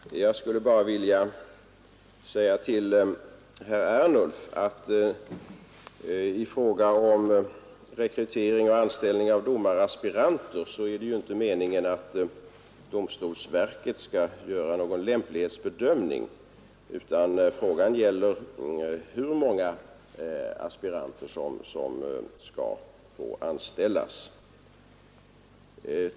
Herr talman! Jag skulle bara vilja säga till herr Ernulf att i fråga om rekrytering och anställning av domaraspiranter är det inte meningen att domstolsverket skall göra någon lämplighetsbedömning, utan frågan gäller hur många aspiranter som skall få anställas.